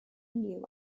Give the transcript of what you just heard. new